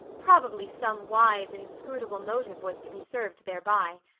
probably some wise, inscrutable motive was to be served thereby.